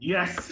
Yes